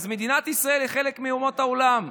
אז מדינת ישראל היא חלק מאומות העולם.